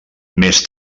més